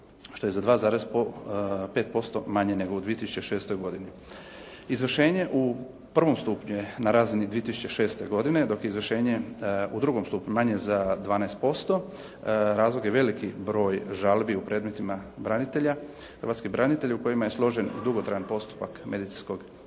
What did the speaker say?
što je za 2,5% manje nego u 2006. godini. Izvršenje u prvom stupnju je na razini 2006. godine, dok je izvršenje u drugom stupnju manje za 12%. Razlog je veliki broj žalbi u predmetima branitelja, hrvatskih branitelja u kojima je složen dugotrajan postupak medicinskog